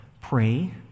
pray